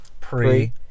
pre